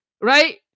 right